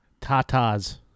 Tatas